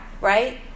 right